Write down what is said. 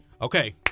Okay